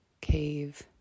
cave